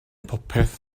popeth